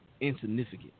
insignificant